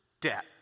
debt